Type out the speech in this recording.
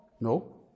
no